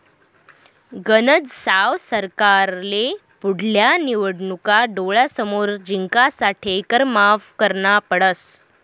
गनज साव सरकारले पुढल्या निवडणूका डोळ्यासमोर जिंकासाठे कर माफ करना पडस